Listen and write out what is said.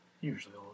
usually